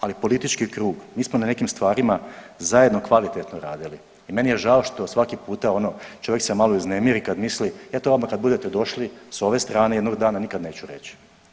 Ali politički krug, mi smo na nekim stvarima zajedno kvalitetno radili i meni je žao što svaki puta ono čovjek se malo uznemiri kad misli, eto vama kad budete došli s ove strane jednog dana nikad neću reći.